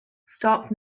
stark